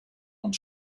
und